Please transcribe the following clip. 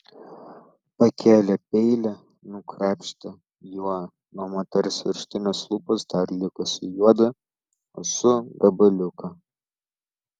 pakėlė peilį nukrapštė juo nuo moters viršutinės lūpos dar likusį juodą ūsų gabaliuką